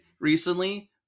recently